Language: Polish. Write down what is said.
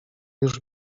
już